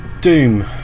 Doom